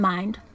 Mind